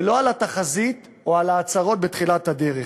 ולא על התחזית או ההצהרות בתחילת הדרך.